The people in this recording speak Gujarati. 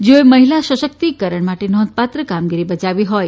જેઓએ મહિલા સશક્તિકરણ માટે નોંધપાત્ર કામગીરી બજાવી હોય